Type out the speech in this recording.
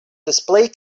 display